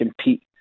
compete